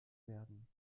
werden